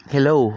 Hello